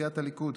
סיעת הליכוד,